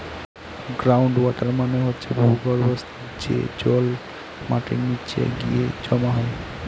ground water মানে হচ্ছে ভূর্গভস্ত, যে জল মাটির নিচে গিয়ে জমা হয়